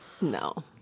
no